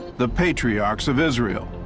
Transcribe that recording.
the patriarchs of israel.